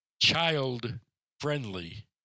child-friendly